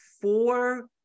four